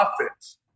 offense